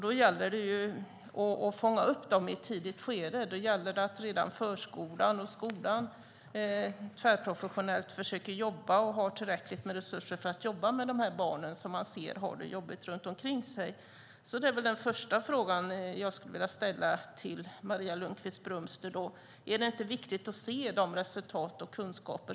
Det gäller att fånga upp dem i ett tidigt skede, att man försöker jobba tvärprofessionellt redan i förskolan och skolan med de barn som har det jobbigt runt omkring sig. Är det inte viktigt att se de resultat och kunskaper, Maria Lundqvist-Brömster, som Maria Ungdom har byggt upp?